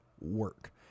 work